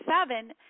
seven